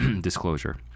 disclosure